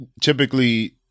typically